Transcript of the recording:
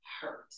hurt